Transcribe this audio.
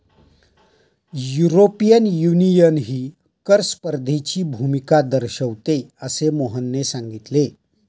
European युनियनही कर स्पर्धेची भूमिका दर्शविते, असे मोहनने सांगितले